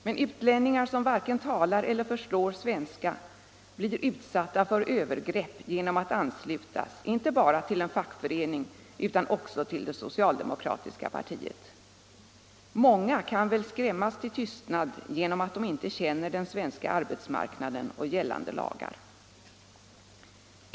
Men utlänningar, som varken talar eller förstår svenska, blir utsatta för övergrepp genom att anslutas inte bara till en fackförening utan också till det socialdemokratiska partiet. Många kan väl skrämmas till tystnad genom att de inte känner den svenska arbetsmarknaden och gällande lagar.